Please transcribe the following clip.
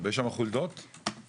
יש לנו הסכמות של הקואליציה,